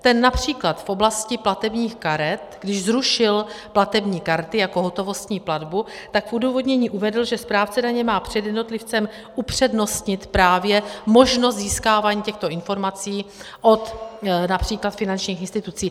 Ten například v oblasti platebních karet, když zrušil platební karty jako hotovostní platbu, tak v odůvodnění uvedl, že správce daně má před jednotlivcem upřednostnit právě možnost získávání těchto informací od například finančních institucí.